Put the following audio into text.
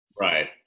right